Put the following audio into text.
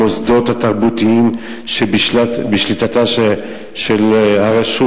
המוסדות התרבותיים שבשליטתה של הרשות.